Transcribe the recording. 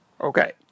Okay